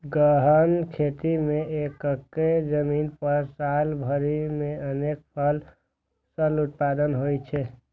गहन खेती मे एक्के जमीन पर साल भरि मे अनेक फसल उत्पादन होइ छै